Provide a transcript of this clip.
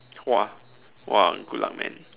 !wah! !wah! good luck man